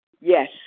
yes